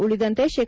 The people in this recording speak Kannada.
ಉಳಿದಂತೆ ಶೇ